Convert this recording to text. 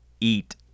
eat